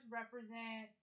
represent